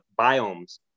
biomes